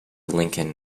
lincoln